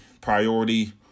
priority